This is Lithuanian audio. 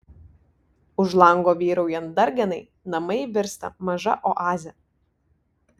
už lango vyraujant darganai namai virsta maža oaze